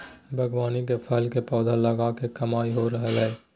बागवानी में फल के पौधा लगा के कमाई हो रहल हई